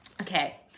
Okay